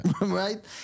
Right